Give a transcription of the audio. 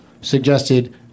suggested